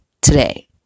today